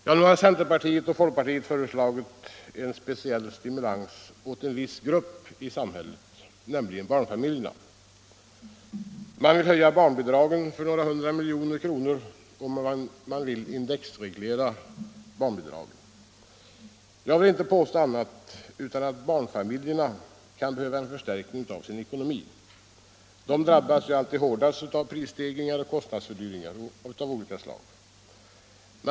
Vidare har centern och folkpartiet föreslagit en speciell stimulans åt en viss grupp i samhället, nämligen barnfamiljerna. Man vill höja barnbidragen för några hundra miljoner kronor och indexreglera dem. Jag vill inte påstå annat än att barnfamiljerna kan behöva en förstärkning av sin ekonomi. De drabbas alltid hårdast av prisstegringar och kostnadsfördyringar av olika slag.